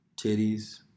titties